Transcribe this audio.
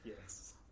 Yes